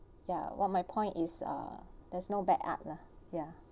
ya what my point is uh there's no bad art lah